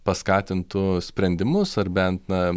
paskatintų sprendimus ar bent na